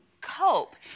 cope